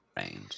range